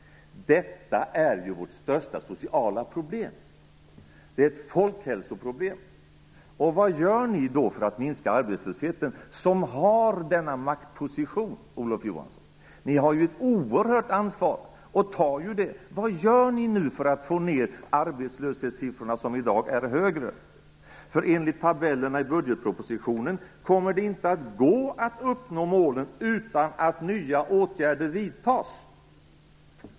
Detta är ju vårt största sociala problem. Det är ett folkhälsoproblem. Och vad gör ni då för att minska arbetslösheten, som har denna maktposition, Olof Johansson? Ni har ju ett oerhört ansvar, och tar ju det. Vad gör ni nu för att få ned arbetslöshetssiffrorna? De är ju högre i dag. Enligt tabellerna i budgetpropositionen kommer det inte att gå att uppnå målen utan att nya åtgärder vidtas.